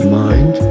mind